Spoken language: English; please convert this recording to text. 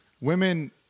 women